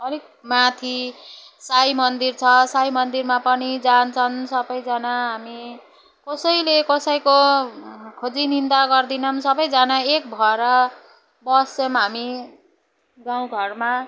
अलिक माथि साई मन्दिर छ साई मन्दिरमा पनि जान्छन् सबैजना हामी कसैले कसैको खोजी निन्दा गर्दैनौँ सबैजना एक भएर बस्छौँ हामी गाउँघरमा